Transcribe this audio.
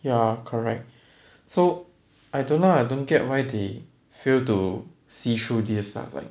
ya correct so I don't know I don't get why they failed to see through this ah like